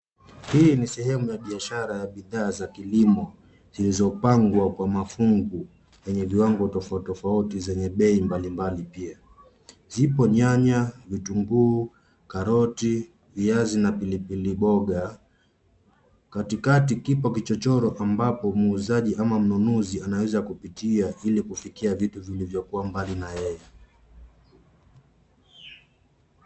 Hii ni sehemu ya biashara ya bidhaa za kilimo zilizopangwa kwa mafungu yenye viwango tofauti tofauti zenye bei mbalimbali pia ,zipo nyanya, vitunguu, karoti ,viazi na pilipili mboga ,katikati kipo kichochoro ambapo muuzaji ama mnunuzi anaweza kupitia ili kufikia vitu vilivyokuwa mbali na yeye.